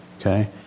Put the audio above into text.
okay